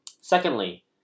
Secondly